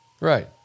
Right